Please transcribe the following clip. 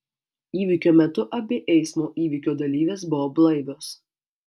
įvykio metu abi eismo įvykio dalyvės buvo blaivios